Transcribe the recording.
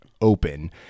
open